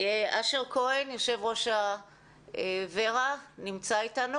אשר כהן, יושב-ראש ור"ה, נמצא איתנו